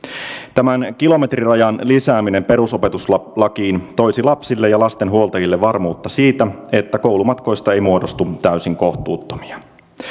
tämän kilometrirajan lisääminen perusopetuslakiin toisi lapsille ja lasten huoltajille varmuutta siitä että koulumatkoista ei muodostu täysin kohtuuttomia